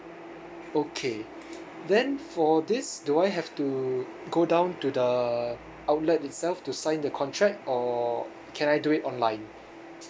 okay then for this do I have to go down to the outlet itself to sign the contract or can I do it online